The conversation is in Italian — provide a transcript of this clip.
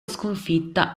sconfitta